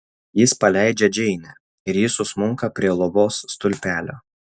jis paleidžia džeinę ir ji susmunka prie lovos stulpelio